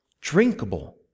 drinkable